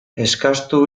eskastu